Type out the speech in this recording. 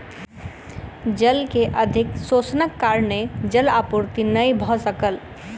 जल के अधिक शोषणक कारणेँ जल आपूर्ति नै भ सकल